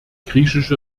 griechische